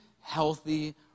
healthy